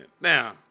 Now